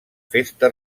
festa